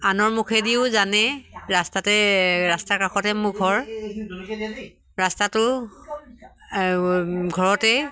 আনৰ মুখেদিও জানে ৰাস্তাতে ৰাস্তাৰ কাষতে মুখৰ ৰাস্তাটো ঘৰতে